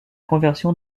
conversion